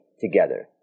together